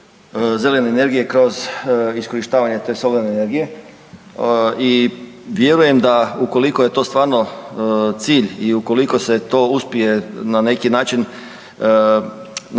zelene energije kroz iskorištavanje te solarne energije. I vjerujem da ukoliko je to stvarno cilj i ukoliko se to uspije na neki način, na